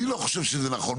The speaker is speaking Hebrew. אני לא חושב שזה נכון,